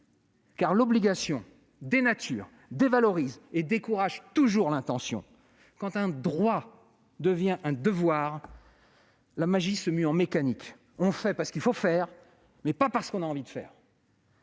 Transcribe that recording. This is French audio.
l'obligation dénature, dévalorise et décourage toujours l'intention. Quand un droit devient un devoir, la magie se mue en mécanique. On fait parce qu'il faut faire, non parce qu'on a envie de faire.